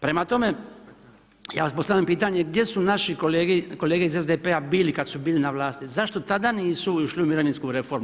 Prema tome, ja vam postavljam pitanje, gdje su naši kolege iz SDP-a bili kada su bili na vlasti, zašto tada nisu išli u mirovinsku reformu?